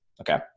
Okay